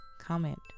comment